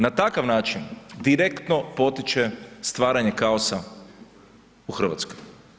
Na takav način direktno potiče stvaranje kaosa u Hrvatskoj.